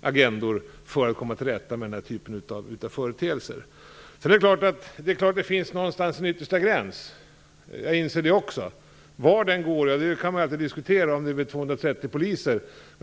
agendor för att komma till rätta med den här typen av företeelser. Det är klart att det någonstans finns en yttersta gräns. Det inser också jag. Var den gränsen går, om den t.ex. går vid 230 poliser, kan man alltid diskutera.